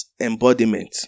embodiment